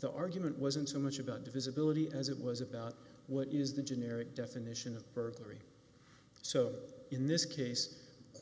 the argument wasn't so much about visibility as it was about what is the generic definition of burglary so in this case